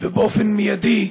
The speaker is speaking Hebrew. באופן מיידי,